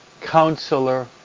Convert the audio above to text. counselor